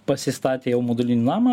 pasistatė jau modulinį namą